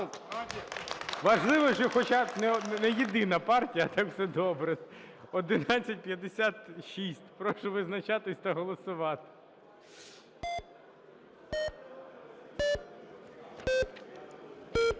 Важливо, що хоча б не єдина партія, а так все добре. 1156, прошу визначатись та голосувати. 17:24:07